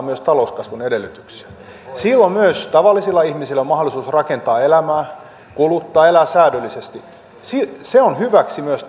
myös talouskasvun edellytykset silloin myös tavallisilla ihmisillä on mahdollisuus rakentaa elämää kuluttaa elää säädyllisesti se se on hyväksi myös